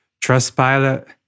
Trustpilot